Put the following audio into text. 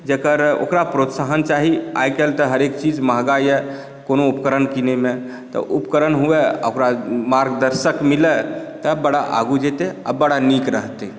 जेकर ओकरा प्रोत्साहन चाही आइकाल्हि तऽ हरेक चीज महँगा यऽ कोनो ऊपकरण किनै मे तऽ ऊपकरण हुए ओकरा मार्गदर्शक मिलए तऽ बरा आगू जेतै आ बरा नीक रहतै